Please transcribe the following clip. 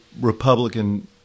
Republican